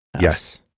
yes